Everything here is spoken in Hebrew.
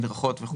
מדרכות וכו'.